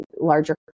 larger